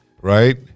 Right